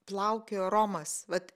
plaukiojo romas vat